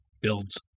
builds